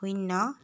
শূন্য